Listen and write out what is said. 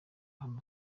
hano